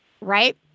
Right